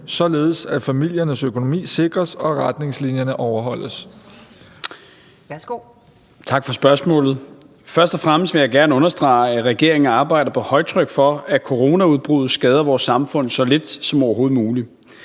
Beskæftigelsesministeren (Peter Hummelgaard): Tak for spørgsmålet. Først og fremmest vil jeg gerne understrege, at regeringen arbejder på højtryk for, at coronaudbruddet skader vores samfund så lidt som overhovedet muligt.